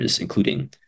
including